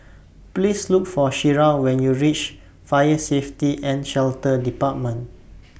Please Look For Shira when YOU REACH Fire Safety and Shelter department